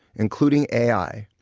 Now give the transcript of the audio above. including ai,